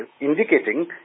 indicating